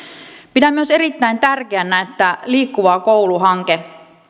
pidän myös erittäin tärkeänä että liikkuva koulu hanke